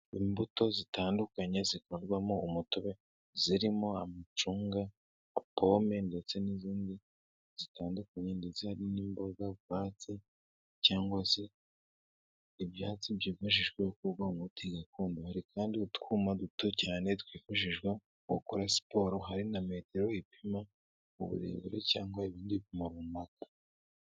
Imbuto zitandukanye zikorwamo umutobe zirimo amacunga, pome ndetse n'izindi zitandukanye ndetse hari n'imboga rwatsi cyangwa se ibyatsi byifashishwa mu gukora umuti gakondo, hari kandi utwuma duto cyane twifashishwa mu gukora siporo, hari na metero ipima uburebure cyangwa ibindi bintu runaka.